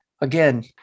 again